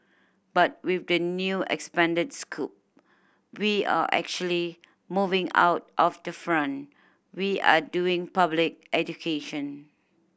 but with the new expanded scope we are actually moving out of the front we are doing public education